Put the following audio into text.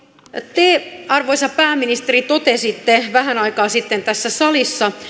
te arvoisa pääministeri totesitte vähän aikaa sitten tässä salissa